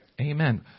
Amen